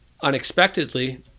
unexpectedly